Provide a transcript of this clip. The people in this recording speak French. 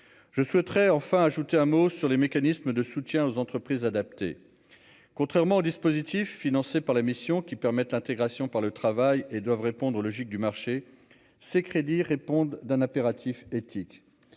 je souhaiterais enfin ajouter un mot sur les mécanismes de soutien aux entreprises adaptées, contrairement au dispositif financé par la mission qui permettent l'intégration par le travail et doivent répondre aux logiques du marché ces crédits répondent d'un impératif éthique,